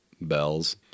bells